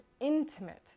intimate